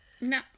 No